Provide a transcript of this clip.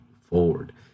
forward